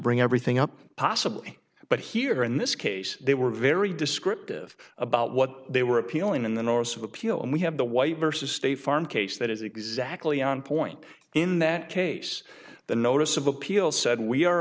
bring everything up possibly but here in this case they were very descriptive about what they were appealing in the north of appeal and we have the white versus state farm case that is exactly on point in that case the notice of appeal said we are